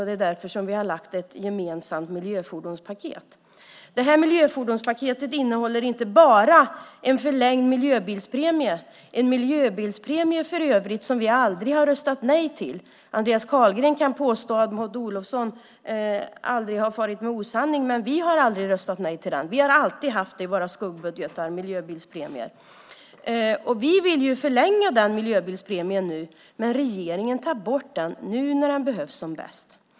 Det är därför som vi har lagt fram ett gemensamt förslag om ett miljöfordonspaket. Det här miljöfordonspaketet innehåller inte bara en förlängd miljöbilspremie. Vi har för övrigt aldrig röstat nej till en miljöbilspremie. Andreas Carlgren kan påstå att Maud Olofsson aldrig har farit med osanning, men vi har aldrig röstat nej till den. Vi har alltid haft miljöbilspremier i våra skuggbudgetar. Vi vill förlänga miljöbilspremien, men regeringen tar bort den nu när den behövs som bäst.